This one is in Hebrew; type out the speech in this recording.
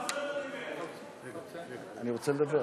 סגן השר.